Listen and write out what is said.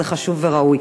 זה חשוב וראוי.